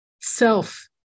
self